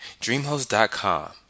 DreamHost.com